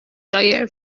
دایر